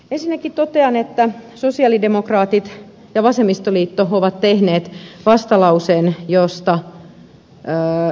ensinnäkin totean että sosialidemokraatit ja vasemmistoliitto ovat tehneet vastalauseen josta ed